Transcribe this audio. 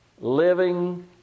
living